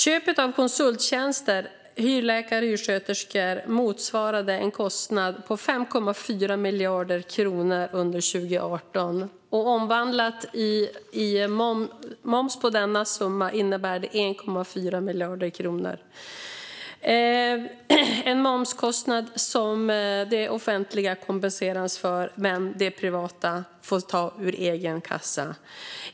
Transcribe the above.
Köp av konsulttjänster, hyrläkare och hyrsköterskor motsvarade en kostnad på 5,4 miljarder kronor under 2018. Momsen på denna summa blir 1,4 miljarder kronor, en momskostnad som det offentliga kompenseras för men som det privata får ta ur egen kassa.